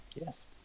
Yes